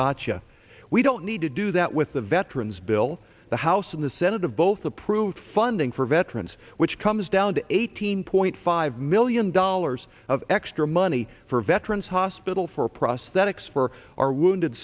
gotcha we don't need to do that with the veterans bill the house and the senate have both approved funding for veterans which comes down to eighteen point five million dollars of extra money for veterans hospital for prosthetics for our wounded